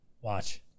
Watch